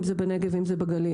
אם זה בנגב ואם זה בגליל.